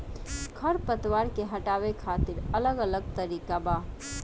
खर पतवार के हटावे खातिर अलग अलग तरीका बा